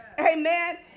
Amen